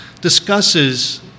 discusses